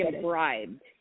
bribed